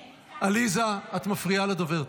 עליזה, את מפריעה לדובר.